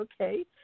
okay